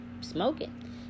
Smoking